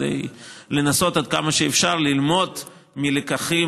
כדי לנסות עד כמה שאפשר ללמוד מהלקחים,